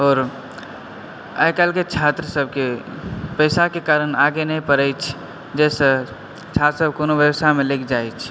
आओर आइ काल्हिके छात्र सबके पैसाके कारण आगे नहि पढ़ै अछि जाहिसँ छात्रसब कोनो बेबसायमे लागि जाइ अछि